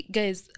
guys